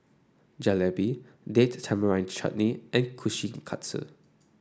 Jalebi Date Tamarind Chutney and Kushikatsu